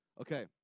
Okay